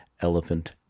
Elephant